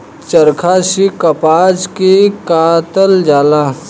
चरखा से कपास के कातल जाला